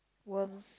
worms